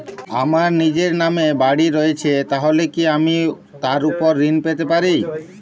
আমার নিজের নামে বাড়ী রয়েছে তাহলে কি আমি তার ওপর ঋণ পেতে পারি?